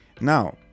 Now